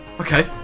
Okay